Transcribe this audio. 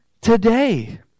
today